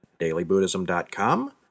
DailyBuddhism.com